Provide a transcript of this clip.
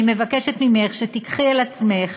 אני מבקשת ממך שתיקחי על עצמך.